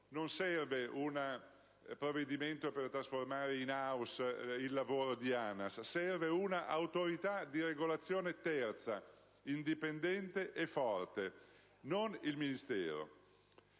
non serve un provvedimento per trasformare *in house* il lavoro di ANAS: serve un'autorità di regolazione terza, indipendente e forte, non il Ministero.